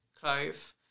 clove